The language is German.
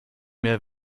mehr